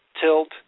tilt